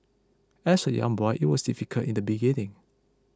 as a young boy it was difficult in the beginning